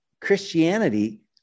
Christianity